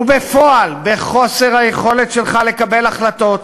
ובפועל, בחוסר היכולת שלך לקבל החלטות,